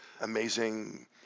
amazing